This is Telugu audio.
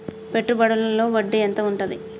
పెట్టుబడుల లో వడ్డీ ఎంత ఉంటది?